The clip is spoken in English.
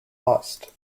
lost